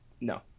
No